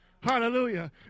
Hallelujah